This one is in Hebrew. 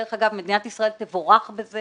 שדרך אגב, מדינת ישראל תבורך בזה.